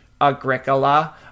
Agricola